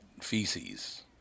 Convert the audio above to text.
feces